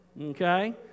Okay